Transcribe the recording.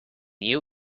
you